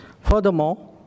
Furthermore